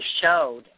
showed